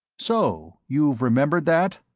so you've remembered that?